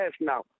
now